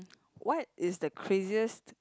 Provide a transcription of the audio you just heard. what is the craziest